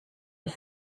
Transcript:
was